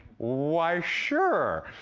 why, sure.